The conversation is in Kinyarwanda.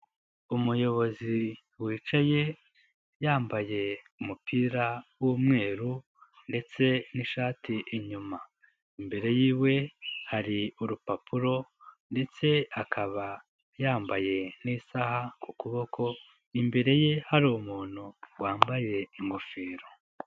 Umuyobozi wicaye, yambaye umupira w'umweru ndetse n'ishati inyuma. Imbereyiwe hari urupapuro ndetse akaba yambaye n'isaha ku kuboko, imbere ye hari umuntu wambaye ingofero.